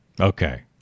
Okay